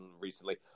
recently